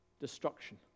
destruction